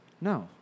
No